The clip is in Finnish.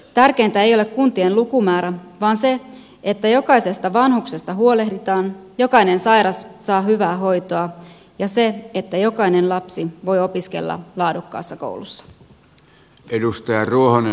tärkeintä ei ole kuntien lukumäärä vaan se että jokaisesta vanhuksesta huolehditaan jokainen sairas saa hyvää hoitoa ja jokainen lapsi voi opiskella laadukkaassa koulussa